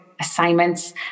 assignments